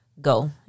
go